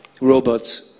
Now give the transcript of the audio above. robots